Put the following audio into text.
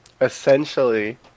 Essentially